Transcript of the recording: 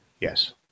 yes